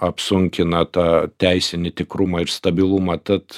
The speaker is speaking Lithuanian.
apsunkina tą teisinį tikrumą ir stabilumą tad